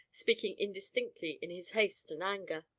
speaking indistinctly in his haste and anger.